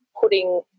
putting